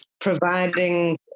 providing